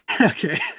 Okay